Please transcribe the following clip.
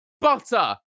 Butter